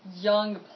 young